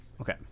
Okay